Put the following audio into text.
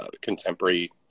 contemporary